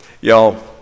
Y'all